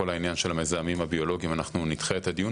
כל העניין של המזהמים הביולוגיים אנחנו נדחה את הדיון,